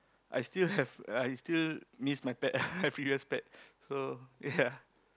I still have I still miss my pet my previous pet so ya